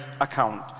account